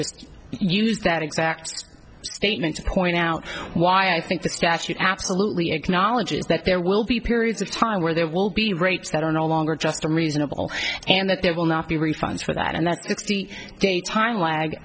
just use that exact statement point out why i think the statute absolutely acknowledges that there will be periods of time where there will be rates that are no longer just a reasonable and that there will not be refunds for that and that sixty day time lag